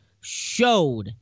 showed